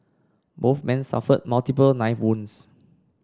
both men suffered multiple knife wounds